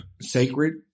sacred